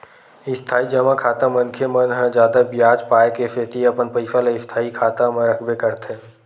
इस्थाई जमा खाता मनखे मन ह जादा बियाज पाय के सेती अपन पइसा ल स्थायी खाता म रखबे करथे